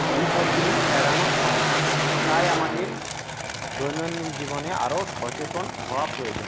বিপদগুলি এড়ানো সম্ভব তাই আমাদের দৈনন্দিন জীবনে আরো সচেতন হওয়া প্রয়োজন